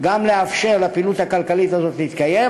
גם לאפשר לפעילות הכלכלית הזאת להתקיים,